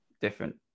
different